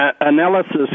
analysis